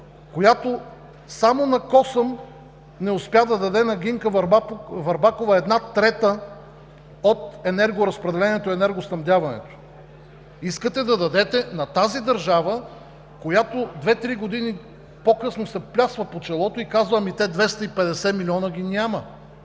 която само на косъм не успя да даде на Гинка Върбакова една трета от енергоразпределението и енергоснабдяването, искате да дадете на тази държава, която две три години по-късно се плясва по челото и казва: ами те 250 милиона ги няма,